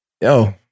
yo